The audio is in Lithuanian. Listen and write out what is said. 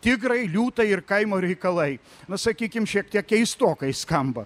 tigrai liūtai ir kaimo reikalai na sakykim šiek tiek keistokai skamba